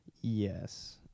Yes